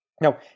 Now